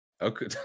Okay